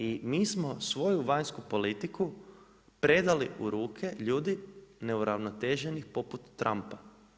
I mi smo svoju vanjsku politiku, predali u ruke ljudi neuravnoteženih poput Trumpa.